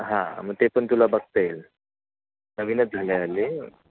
हां मग ते पण तुला बघता येईल नवीनच झालं आहे हल्ली